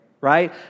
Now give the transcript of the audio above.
right